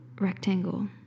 rectangle